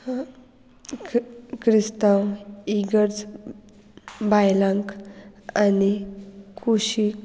क्रि क्रिस्तांव इगर्ज बायलांक आनी कुशीक